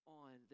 on